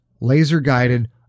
laser-guided